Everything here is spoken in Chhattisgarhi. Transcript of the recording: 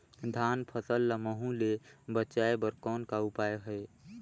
धान फसल ल महू ले बचाय बर कौन का उपाय हे?